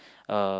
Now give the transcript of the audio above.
uh